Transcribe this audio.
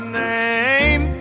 name